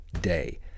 day